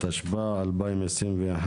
התשפ"א 2021